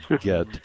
get